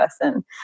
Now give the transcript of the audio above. person